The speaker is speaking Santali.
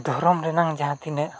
ᱫᱷᱚᱨᱚᱢ ᱨᱮᱱᱟᱜ ᱡᱟᱦᱟᱸ ᱛᱤᱱᱟᱹᱜ